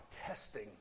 testing